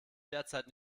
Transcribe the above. derzeit